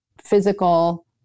physical